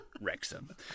Wrexham